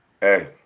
hey